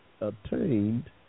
attained